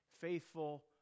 faithful